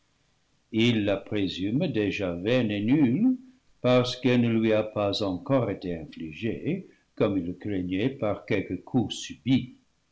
il la présume déjà vaine et nulle parce qu'elle ne lui a pas encore été infligée comme il le craignait par quelque coup subit